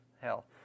hell